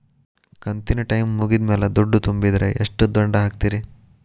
ಕಂತಿನ ಟೈಮ್ ಮುಗಿದ ಮ್ಯಾಲ್ ದುಡ್ಡು ತುಂಬಿದ್ರ, ಎಷ್ಟ ದಂಡ ಹಾಕ್ತೇರಿ?